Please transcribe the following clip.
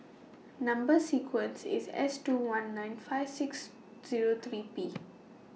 Number sequence IS S two one nine five six Zero three P